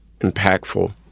impactful